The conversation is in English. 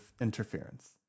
interference